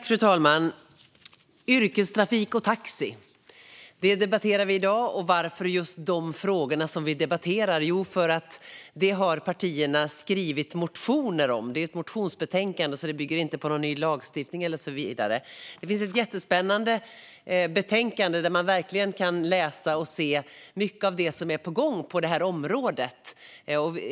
Fru talman! Yrkestrafik och taxi debatterar vi i dag. Varför debatterar vi just de frågorna? Jo, det gör vi för att partierna har skrivit motioner om dem. Detta är ett motionsbetänkande, så det bygger inte på något förslag till ny lagstiftning. Det finns ett jättespännande betänkande där man kan läsa mycket om vad som är på gång på det här området.